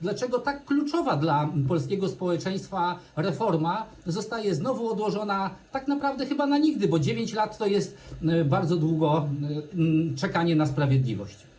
Dlaczego tak kluczowa dla polskiego społeczeństwa reforma znowu zostaje odłożona tak naprawdę chyba na nigdy, bo 9 lat to jest bardzo długie czekanie na sprawiedliwość?